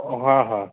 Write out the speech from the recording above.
ओ हा हा